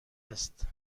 است